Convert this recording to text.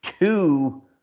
two